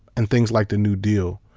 and things like the new deal,